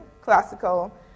classical